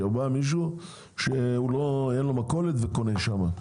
כשבא מישהו שאין לו מכולת וקונה שם,